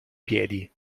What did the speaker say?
piedi